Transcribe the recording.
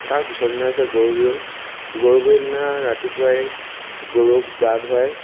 তাৰপিছৰ দিনা হৈছে গৰু বিহু গৰু বিহুৰ দিনা ৰাতিপুৱাই গৰুক গা ধুৱায়